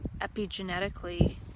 epigenetically